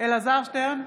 אלעזר שטרן,